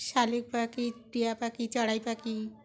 শালিক পাখি টিয়া পাখি চড়াই পাখি